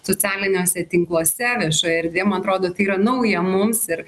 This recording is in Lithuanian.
socialiniuose tinkluose viešoje erdvėje man atrodo tai yra nauja mums ir